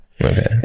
okay